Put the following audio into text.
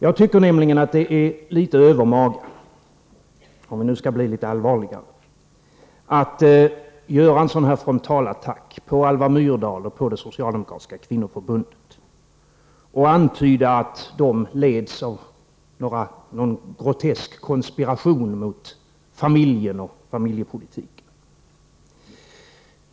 Jag tycker nämligen att det är litet övermaga — om vi nu skall bli litet allvarliga — att göra en sådan här frontalattack mot Alva Myrdal och det socialdemokratiska kvinnoförbundet genom att antyda att de leds av någon grotesk konspiration mot familjen och familjepolitiken.